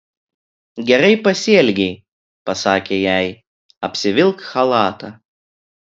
gerai pasielgei pasakė jai apsivilk chalatą